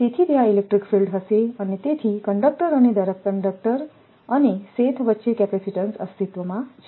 તેથી ત્યાં electric field હશે અને તેથી કંડક્ટર અને દરેક કંડક્ટર અને શેથ વચ્ચે કેપેસિટીન્સ અસ્તિત્વમાં છે